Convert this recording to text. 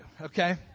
okay